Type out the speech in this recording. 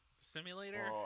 Simulator